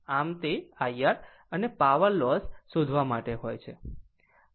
આમ તે ir અને પાવર લોસ શોધવા માટે હોય છે